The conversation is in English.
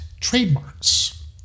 trademarks